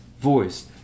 voice